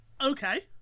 okay